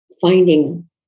finding